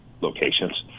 locations